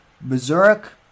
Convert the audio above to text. berserk